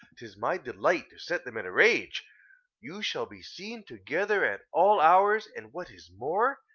tis my delight to set them in a rage you shall be seen together at all hours and what is more,